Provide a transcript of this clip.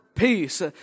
Peace